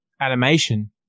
animation